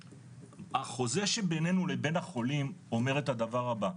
החוזה שבינינו לבין החולים אומר את הדבר הבא,